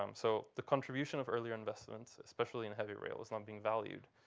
um so the contribution of earlier investments, especially in heavy rail, is not being valued.